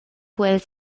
quel